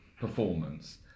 performance